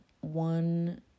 One